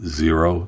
zero